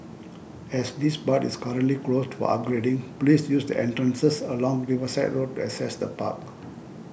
as this part is currently closed for upgrading please use the entrances along Riverside Road access the park